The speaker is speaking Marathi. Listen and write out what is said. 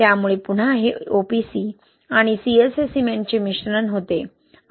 त्यामुळे पुन्हा हे OPC आणि CSA सिमेंटचे मिश्रण होते